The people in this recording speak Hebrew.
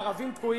הערבים תקועים.